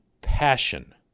passion